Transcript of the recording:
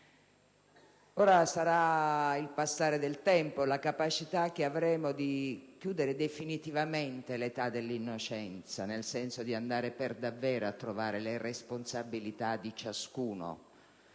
Sarà il passare del tempo e la capacità che avremo di chiudere definitivamente "l'età dell'innocenza", ossia di andare per davvero a individuare le responsabilità di ciascuno,